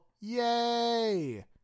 yay